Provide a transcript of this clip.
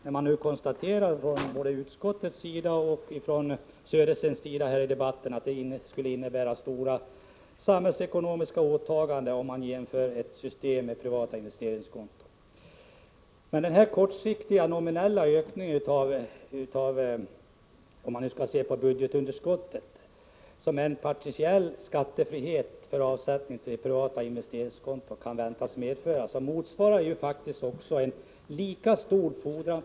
Både utskottsmajoriteten i sin skrivning och Bo Södersten här i debatten konstaterar att det skulle innebära stora samhällsekonomiska åtaganden om man genomför ett system med privata investeringskonton. Men den kortsiktiga nominella ökningen av budgetunderskottet som en partiell skattefrihet för avsättning till privata investeringskonton kan väntas medföra motsvaras faktiskt av en lika stor skattefordran.